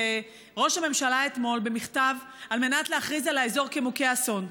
לראש הממשלה אתמול במכתב על מנת להכריז על האזור כאזור מוכה אסון.